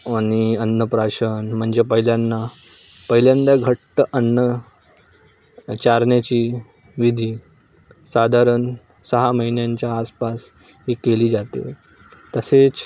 आणि अन्नप्राशन म्हणजे पहिल्याना पहिल्यांदा घट्ट अन्न चारण्याची विधी साधारण सहा महिन्यांच्या आसपास ही केली जाते तसेच